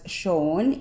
shown